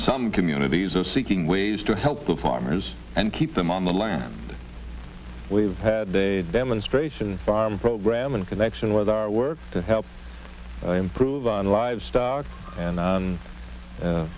some communities are seeking ways to help the farmers and keep them on the land we've had a demonstration farm program in connection with our work to help improve on livestock and